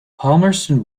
palmerston